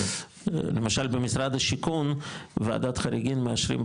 למשל במשרד השיכון,